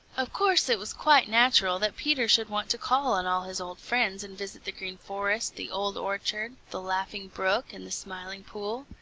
of course it was quite natural that peter should want to call on all his old friends and visit the green forest, the old orchard, the laughing brook, and the smiling pool.